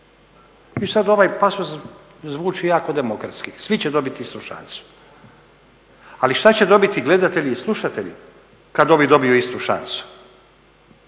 I sada ovaj pasus zvuči jako demokratski, svi će dobiti istu šansu. Ali šta će dobiti gledatelji i slušatelji kada ovi dobiju istu šansu?